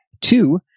two